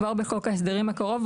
כבר בחוק ההסדרים הקרוב.